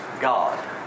God